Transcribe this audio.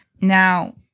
Now